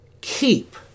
Keep